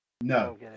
No